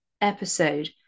episode